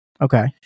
Okay